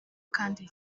kandi